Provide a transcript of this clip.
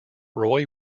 roy